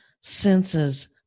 senses